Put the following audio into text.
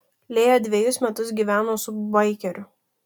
lėja dvejus metus gyveno su baikeriu